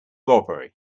robbery